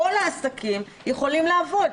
כל העסקים יכולים לעבוד.